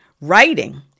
writing